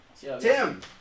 Tim